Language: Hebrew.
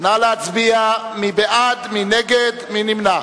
נא להצביע מי בעד, מי נגד, מי נמנע.